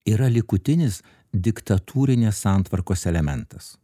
yra likutinis diktatūrinės santvarkos elementas